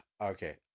okay